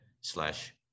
slash